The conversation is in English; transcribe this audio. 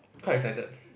quite excited